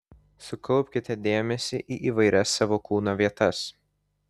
sukaupkite dėmesį į įvairias savo kūno vietas